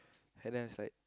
and that's like